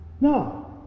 No